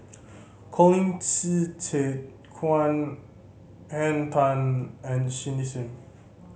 Colin Qi Zhe Quan Henn Tan and Cindy Sim